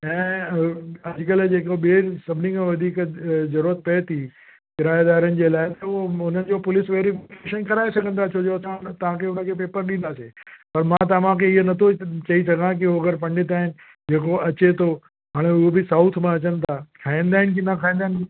ऐं अॼु कल्ह जेको बि सभिनी खां वधीक ज़रूरत पए थी किराएदारनि जे लाइ त उहो उन्हनि जो पुलिस वेरिफ़िकेशन कराए छॾींदा छो जो असां उन तव्हांखे उन खे पेपर ॾींदासीं पर मां तव्हांखे इहो न थो चई सघां की अगरि हो पंडित आहिनि जेको अचे थो हाणे उहो बि साउथ मां अचनि था खाईंदा आहिनि की न खाईंदा आहिनि